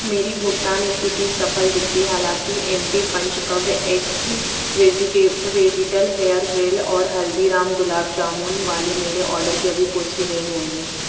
मेरी भुगतान स्थिति सफल दिखती है हालाँकि एम पी पंचकव्य एग्स वेजिटे वेजिटल हेयरवेल और हल्दीराम गुलाब जामुन वाले मेरे आर्डर की अभी पुष्टि नहीं हुई है